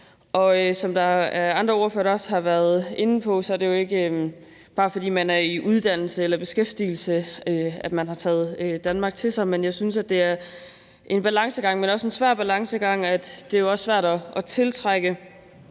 som andre ordførere også har været inde på, har man jo ikke, bare fordi man er i uddannelse eller beskæftigelse, taget Danmark til sig. Jeg synes, det er en balancegang, men også en svær balancegang. Det er jo også svært at tiltrække